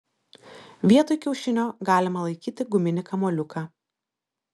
vietoj kiaušinio galima laikyti guminį kamuoliuką